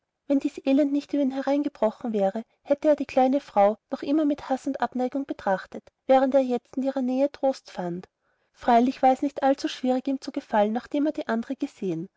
wenn dies elend nicht über ihn hereingebrochen wäre hätte er die kleine frau noch immer mit haß und abneigung betrachtet während er jetzt in ihrer nähe trost fand freilich war es nicht allzu schwierig ihm zu gefallen nachdem er die andre gesehen